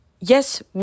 Yes